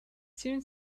seemed